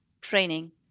training